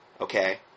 Okay